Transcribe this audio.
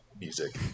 music